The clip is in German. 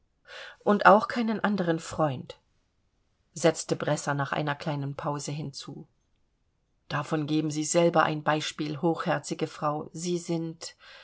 und auch keinen anderen freund setzte bresser nach einer kleinen pause hinzu davon geben sie selber ein beispiel hochherzige frau sie sind